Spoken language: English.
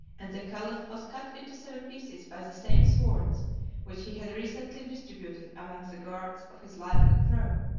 and the caliph was cut into seven pieces by the same swords which he had recently distributed among the guards of his life and throne.